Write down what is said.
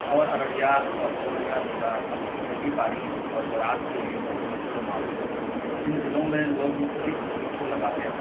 اور ارریا اور پنیا ضلع اپنی کھیتی باڑی اور زراعت کے لیے بہت مشہور و معروف ہے ان ضلعوں میں لوگ مختلف فصلوں کو لگاتے ہیں